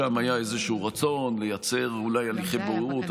שם היה איזשהו רצון לייצר אולי הליכי בוררות.